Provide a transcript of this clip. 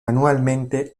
anualmente